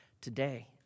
Today